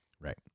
Right